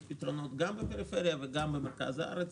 פתרונות גם בפריפריה וגם במרכז הארץ,